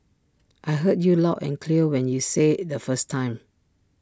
I heard you loud and clear when you said IT the first time